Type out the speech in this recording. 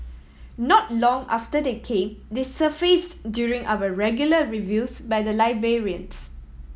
not long after they came they surfaced during our regular reviews by the librarians